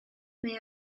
mae